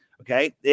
okay